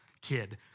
kid